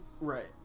right